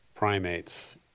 primates